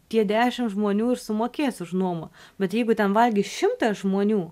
tie dešimt žmonių ir sumokės už nuomą bet jeigu ten valgys šimtas žmonių